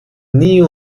nie